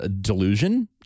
delusion